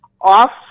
off